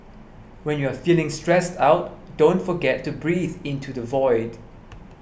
when you are feeling stressed out don't forget to breathe into the void